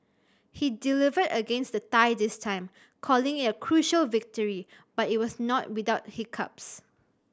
he delivered against the Thai this time calling it a crucial victory but it was not without hiccups